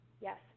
Yes